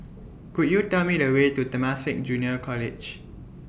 Could YOU Tell Me The Way to Temasek Junior College